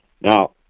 Now